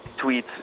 tweets